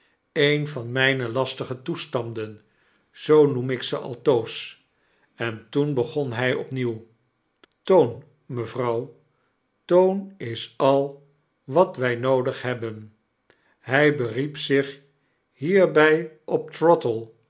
een van myne lastige toestanden zoo noem ik ze altoos en toen begon hy opnieuw toon mevrouw toon is al wat wy noodig hebben r hy beriep zich hierby op